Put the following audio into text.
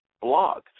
blog